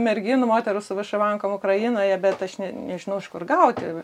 merginų moterų su višivankom ukrainoje bet aš ne nežinau iš kur gauti